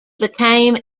became